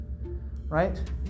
right